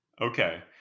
Okay